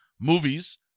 Movies